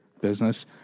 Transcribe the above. business